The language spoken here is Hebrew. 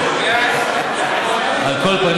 התשובה הכי יפה